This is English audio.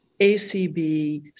ACB